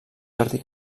jardí